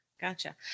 Gotcha